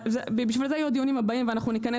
בשביל זה יהיו הדיונים הבאים שבהם נגיע